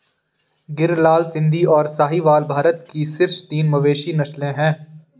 गिर, लाल सिंधी, और साहीवाल भारत की शीर्ष तीन मवेशी नस्लें हैं